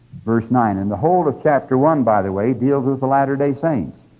verse nine. and the whole of chapter one, by the way, deals with the latter-day saints.